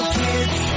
kids